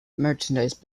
merchandise